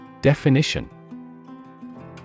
Definition